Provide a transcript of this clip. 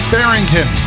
Barrington